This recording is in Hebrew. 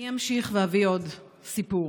אני אמשיך ואביא עוד סיפור: